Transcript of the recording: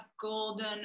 golden